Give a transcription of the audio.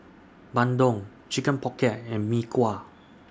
Bandung Chicken Pocket and Mee Kuah